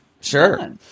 Sure